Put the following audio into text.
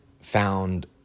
found